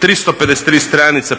353 stranice